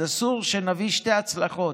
אז אסור שנביא שתי הצלחות,